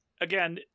Again